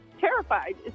terrified